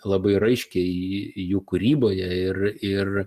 labai raiškiai jų kūryboje ir ir